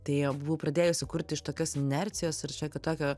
tai a buvau pradėjusi kurt iš tokios inercijos ir šiokio tokio